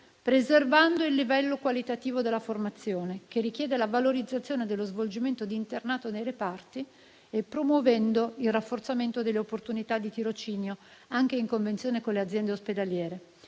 preservando il livello qualitativo della formazione, che richiede la valorizzazione dello svolgimento di internato nei reparti, e promuovendo il rafforzamento delle opportunità di tirocinio, anche in convenzione con le aziende ospedaliere;